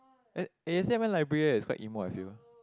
eh eh yesterday I went library it was quite emo I feel